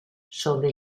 sobre